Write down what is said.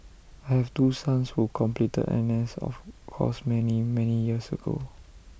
I have two sons who completed NS of course many many years ago